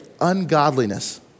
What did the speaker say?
ungodliness